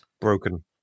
broken